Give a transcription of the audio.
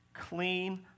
clean